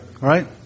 Right